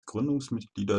gründungsmitglieder